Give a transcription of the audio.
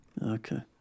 Okay